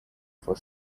for